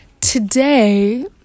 today